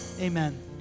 Amen